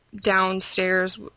downstairs